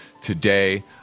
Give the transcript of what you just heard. today